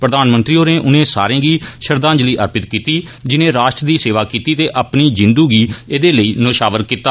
प्रधानमंत्री होरें उनें सारें गी श्रद्धांजलि अर्पित कीती जिनें राष्ट्र दी सेवा कीती ते अपनी जिन्दू गी एहदे लेई नौशाबर कीता